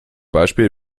beispiel